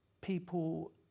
people